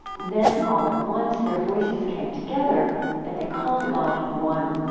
then all at once, their voices came together and they called god one.